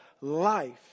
life